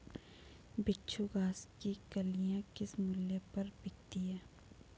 बिच्छू घास की कलियां किस मूल्य पर बिकती हैं?